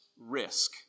risk